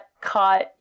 caught